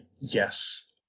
Yes